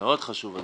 מאוד חשוב.